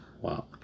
Wow